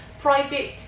private